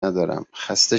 ندارم، خسته